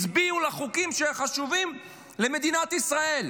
הצביעו נגד חוקים שחשובים למדינת ישראל.